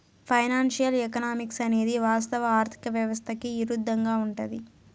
financial economics అనేది వాస్తవ ఆర్థిక వ్యవస్థకి ఇరుద్దంగా ఉంటది